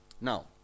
Now